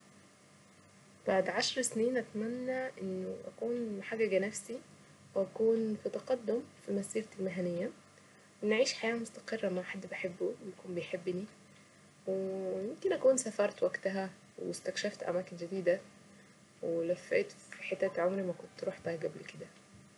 بعد عشر سنين اتمنى انه اكون محققة نفسي واكون في تقدم في مسيرتي المهنية وأن اعيش حياة مستقرة مع حد بحبه ويكون بيحبني ويمكن اكون سافرت وقتها واستكشفت اماكن جديدة ولفيت حتت عمري ما كنت رحتها قبل كده.